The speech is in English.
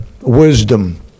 wisdom